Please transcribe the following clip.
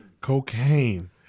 Cocaine